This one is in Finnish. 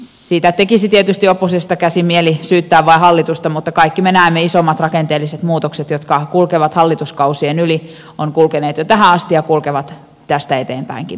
siitä tekisi tietysti oppositiosta käsin mieli syyttää vain hallitusta mutta kaikki me näemme isommat rakenteelliset muutokset jotka kulkevat hallituskausien yli ovat kulkeneet jo tähän asti ja kulkevat tästä eteenpäinkin pitkään